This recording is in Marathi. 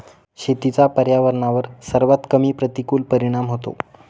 शेतीचा पर्यावरणावर सर्वात कमी प्रतिकूल परिणाम होतो